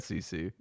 SEC